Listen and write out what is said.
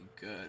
good